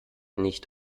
nicht